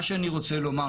מה שאני רוצה לומר,